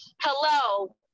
hello